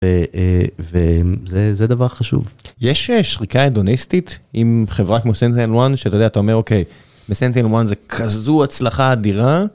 וזה זה דבר חשוב יש שחיקה הדוניסטית עם חברה כמו סנטינל וואן שאתה יודע אתה אומר אוקיי. אם סנטינל וואן זה כזו הצלחה אדירה...